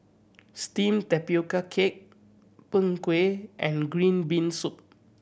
steamed tapioca cake Png Kueh and green bean soup